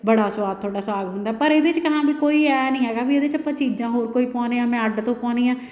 ਬੜਾ ਸੁਆਦ ਤੁਹਾਡਾ ਸਾਗ ਹੁੰਦਾ ਪਰ ਇਹਦੇ 'ਚ ਕਹਾਂ ਵੀ ਕੋਈ ਐਂ ਨਹੀਂ ਹੈਗਾ ਵੀ ਇਹਦੇ 'ਚ ਆਪਾਂ ਚੀਜ਼ਾਂ ਹੋਰ ਕੋਈ ਪਾਉਂਦੇ ਹਾਂ ਮੈਂ ਅੱਡ ਤੋਂ ਪਾਉਂਦੀ ਹਾਂ